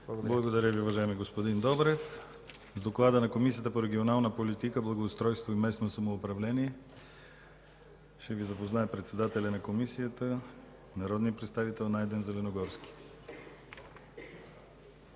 Благодаря Ви, уважаеми господин Добрев. С Доклада на Комисията по регионална политика, благоустройство и местно самоуправление ще Ви запознае председателят на комисията народният представител Найден Зеленогорски.